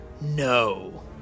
No